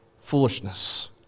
foolishness